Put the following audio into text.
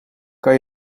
kan